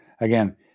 again